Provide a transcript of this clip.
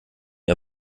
ihr